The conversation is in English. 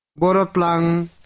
Borotlang